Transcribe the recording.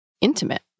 intimate